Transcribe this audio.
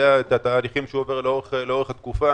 יודע את התהליכים שהוא עובר לאורך התקופה.